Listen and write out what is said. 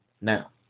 Now